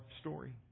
story